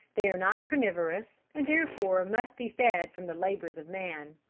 they are not carnivorous and therefore must be fed from the labors of man.